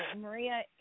Maria